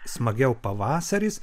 smagiau pavasaris